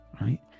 right